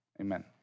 amen